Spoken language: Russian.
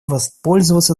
воспользоваться